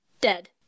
dead